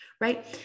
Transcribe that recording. Right